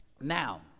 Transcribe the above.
now